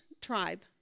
tribe